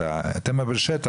אתם הרי בשטח,